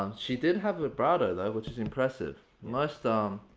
um she did have vibrato though, which is impressive. most um.